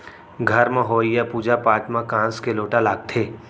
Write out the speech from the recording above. घर म होवइया पूजा पाठ म कांस के लोटा लागथे